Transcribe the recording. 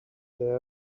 there